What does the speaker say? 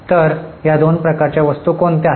तर या दोन प्रकारच्या वस्तू कोणत्या आहेत